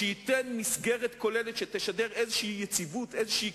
שייתן מסגרת כוללת שתשדר יציבות מסוימת,